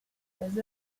present